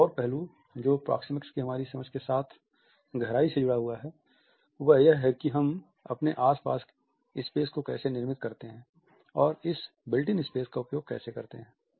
एक और पहलू जो प्रोक्सेमिक्स हमारी समझ के साथ गहराई से जुड़ा हुआ है वह यह है कि हम अपने आस पास स्पेस कैसे निर्मित करते है और इस बिल्ट इन स्पेस का उपयोग कैसे करते हैं